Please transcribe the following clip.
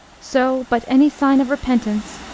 so, but any sign of repentance,